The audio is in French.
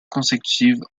consécutives